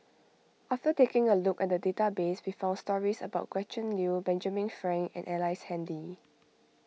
after taking a look at the database we found stories about Gretchen Liu Benjamin Frank and Ellice Handy